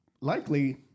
likely